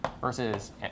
versus